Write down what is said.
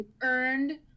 earned